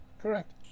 Correct